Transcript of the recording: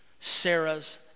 Sarahs